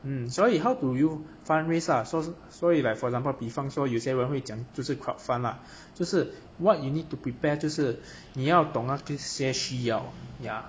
嗯所以 how do you fund raise uh so 所以 like for example 比方说有些人会讲就是 crowd fund ah 就是 what you need to prepare 就是你要懂那些你需要 ya